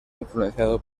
influenciado